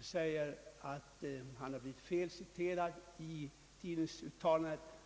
påstår att han blivit felciterad i tidningsuttalandet.